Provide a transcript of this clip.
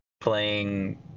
playing